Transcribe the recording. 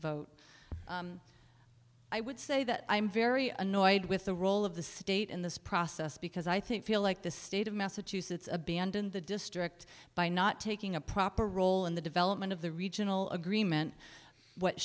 vote i would say that i'm very annoyed with the role of the state in this process because i think feel like the state of massachusetts abandon the district by not taking a proper role in the element of the regional agreement what